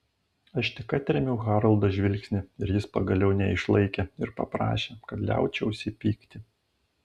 aš tik atrėmiau haroldo žvilgsnį ir jis pagaliau neišlaikė ir paprašė kad liaučiausi pykti